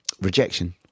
rejection